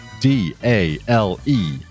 D-A-L-E